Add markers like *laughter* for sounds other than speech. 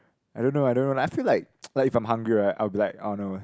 I don't know I don't know like I feel like *noise* like if I'm hungry right I will be like oh no